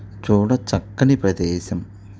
చూడ చక్కని ప్రదేశం